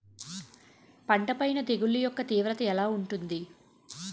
పంట పైన తెగుళ్లు యెక్క తీవ్రత ఎలా ఉంటుంది